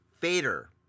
Fader